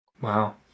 Wow